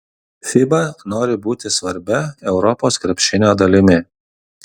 fiba nori būti svarbia europos krepšinio dalimi